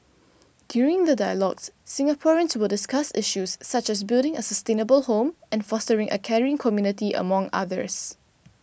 during the dialogues Singaporeans will discuss issues such as building a sustainable home and fostering a caring community among others